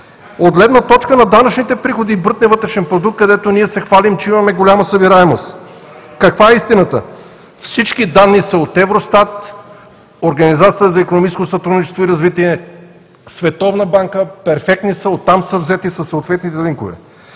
От гледна точка на данъчните приходи и брутния вътрешен продукт, където ние се хвалим, че имаме голяма събираемост. Каква е истината? Всички данни са от Евростат, Организацията за икономическо сътрудничество и развитие, Световната банка – перфектни са, оттам са взети със съответните линкове.